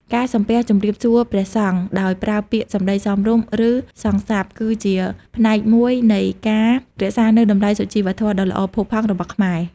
ការសំពះជម្រាបសួរព្រះសង្ឃដោយប្រើពាក្យសម្តីសមរម្យ ឬ សង្ឃសព្ទ គឺជាផ្នែកមួយនៃការរក្សានូវតម្លៃសុជីវធម៌ដ៏ល្អផូរផង់របស់ខ្មែរ។